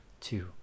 two